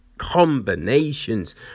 combinations